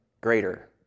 greater